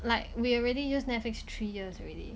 like we already use Netflix three years already